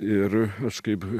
ir aš kaip